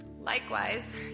Likewise